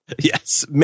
yes